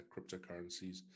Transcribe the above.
cryptocurrencies